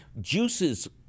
juices